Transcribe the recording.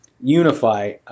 unify